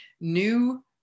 new